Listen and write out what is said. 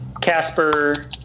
Casper